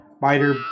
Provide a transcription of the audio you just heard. biter